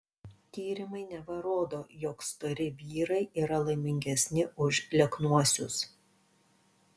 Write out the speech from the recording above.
tyrimai neva rodo jog stori vyrai yra laimingesni už lieknuosius